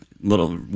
little